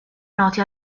noti